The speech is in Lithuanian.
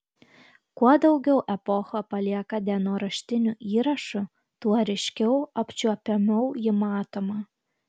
kuo daugiau epocha palieka dienoraštinių įrašų tuo ryškiau apčiuopiamiau ji matoma